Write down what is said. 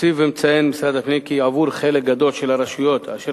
מוסיף ומציין משרד הפנים כי עבור חלק גדול של הרשויות אשר